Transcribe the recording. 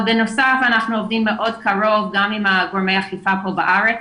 אבל בנוסף אנחנו עובדים מאוד קרוב גם עם גורמי האכיפה פה בארץ,